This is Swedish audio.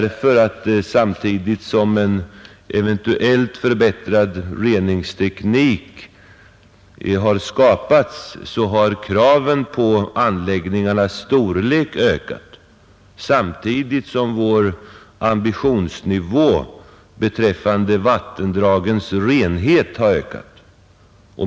Samtidigt som en eventuellt förbättrad reningsteknik skapats har nämligen kraven på anläggningarnas storlek och vår ambitionsnivå beträffande vattendragens renhet ökat.